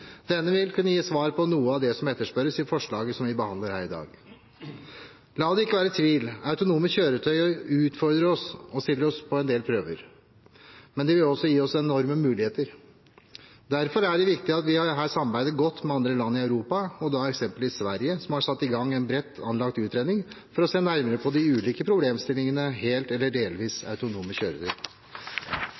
Denne vil kunne gi svar på noe av det som etterspørres i forslaget som vi behandler her i dag. La det ikke være tvil: Autonome kjøretøy utfordrer oss og setter oss på en del prøver, men det vil også gi oss enorme muligheter. Derfor er det viktig at vi samarbeider godt med andre land i Europa, f.eks. Sverige, som har satt i gang en bredt anlagt utredning for å se nærmere på de ulike problemstillingene knyttet til helt eller delvis autonome